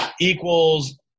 equals